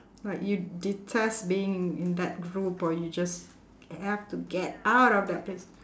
like you detest being in in that group or you just have to get out of that place